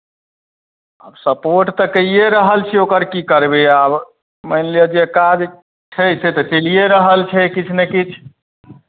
आब सपोर्ट तऽ कैए रहल छियै ओकर की करबै आब मानि लिअ जे काज छै से तऽ चलिए रहल छै किछु ने किछु